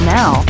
now